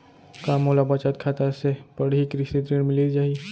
का मोला बचत खाता से पड़ही कृषि ऋण मिलिस जाही?